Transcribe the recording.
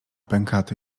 pękaty